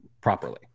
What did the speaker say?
properly